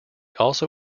also